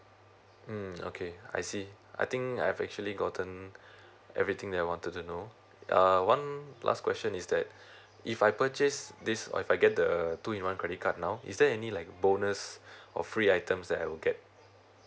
mm okay I see I think I have actually gotten everything that wanted to know uh one um last question is that if I purchase this or if I get the a two in one credit card now is there any like bonus or free items that I will get